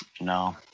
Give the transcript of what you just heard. No